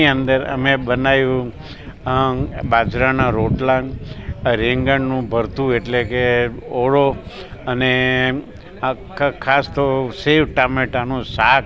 તો તેની અંદર અમે બનાવ્યું આ બાજરાના રોટલા રીંગણનું ભરથું એટલે કે ઓળો અને આ ખાસ તો સેવ ટામેટાનું શાક